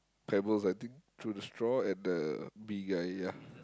pebbles I think through the straw at the bee guy ya